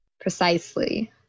Precisely